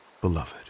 beloved